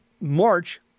march